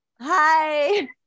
hi